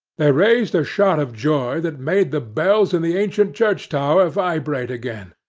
they raised a shout of joy, that made the bells in the ancient church-tower vibrate again,